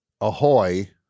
Ahoy